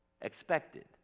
Expected